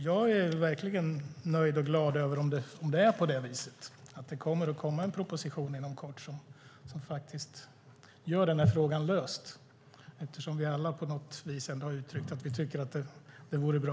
Jag är verkligen nöjd och glad om det kommer en proposition inom kort som löser denna fråga, eftersom vi alla har uttryckt att det vore bra.